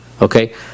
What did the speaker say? okay